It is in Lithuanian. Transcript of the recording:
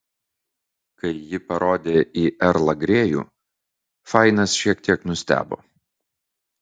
kai ji parodė į erlą grėjų fainas šiek tiek nustebo